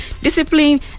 Discipline